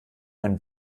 ein